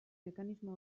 mekanismo